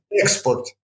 export